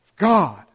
God